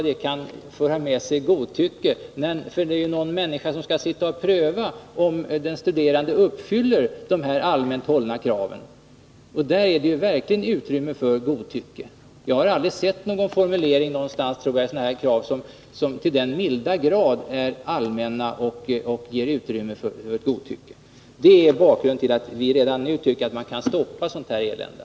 Det är ju någon människa som skall pröva om de studerande uppfyller de här allmänt hållna kraven, och där är det verkligen utrymme för godtycke. Jag har aldrig sett några formuleringar av sådana här krav som varit till den milda grad allmänna och ägnade att ge utrymme för godtycke. Det är bakgrunden till att vi redan nu tycker att man kan stoppa sådant här elände.